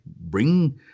bring